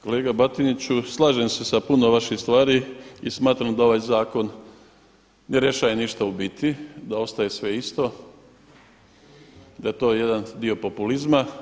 Kolega Batiniću, slažem se sa puno vaših stvari i smatram da ovaj zakon ne rješava ništa u biti, da ostaje sve isto, da je to jedan dio populizma.